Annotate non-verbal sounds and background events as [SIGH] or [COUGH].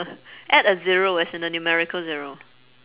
[LAUGHS] add a zero as in a numerical zero